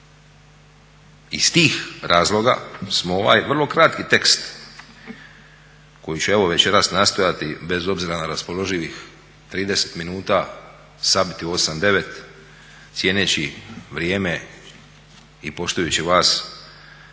Iz tih razloga smo ovaj vrlo kratki tekst koji ću evo večeras nastojati bez obzira na raspoloživih 30 minuta sabiti u 8, 9 cijeneći vrijeme i poštujući vas